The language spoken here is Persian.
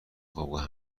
خوابگاه